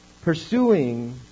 Pursuing